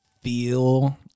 feel